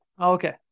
Okay